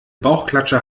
bauchklatscher